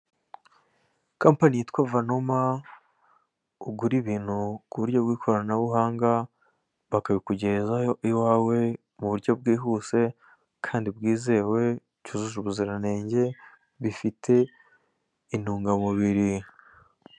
Kampani yitwa vanuma, ugura ibintu ku buryo bw'ikoranabuhanga bakabikugezaho iwawe mu buryo bwihuse kandi bwizewe, cyujuje ubuziranenge, bifite intungamubiri.